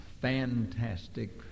fantastic